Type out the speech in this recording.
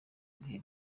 bihe